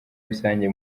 rusange